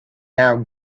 now